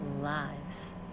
lives